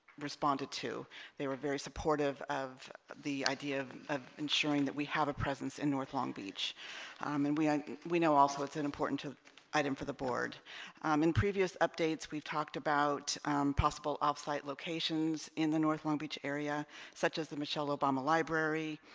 responded to they were very supportive of the idea of ah ensuring that we have a presence in north long beach um and we and we know also it's an important item for the board um in previous updates we've talked about possible off-site locations in the north long beach area such as the michelle obama library